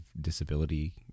disability